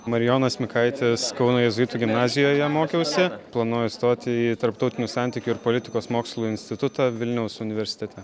marijonas mikaitis kauno jėzuitų gimnazijoje mokiausi planuoju stoti į tarptautinių santykių ir politikos mokslų institutą vilniaus universitete